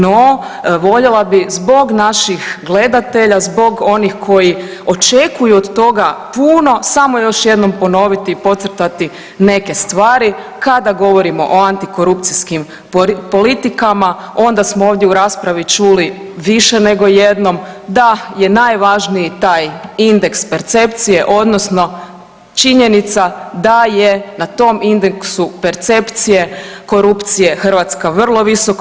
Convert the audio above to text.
No, voljela bih zbog naših gledatelja, zbog onih koji očekuju od toga puno samo ću još jednom ponoviti i podcrtati neke stvari kada govorimo o antikorupcijskim politikama onda smo ovdje u raspravi čuli više nego jednom da je najvažniji taj indeks percepcije, odnosno činjenica da je na tom indeksu percepcije korupcije Hrvatska vrlo visoko.